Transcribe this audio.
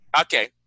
okay